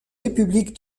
république